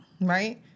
right